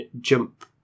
jump